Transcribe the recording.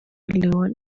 leone